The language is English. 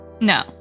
no